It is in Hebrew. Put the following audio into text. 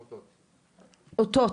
מ'אותות'